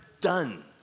done